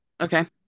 Okay